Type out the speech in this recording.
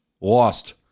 lost